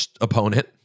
opponent